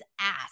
ass